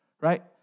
right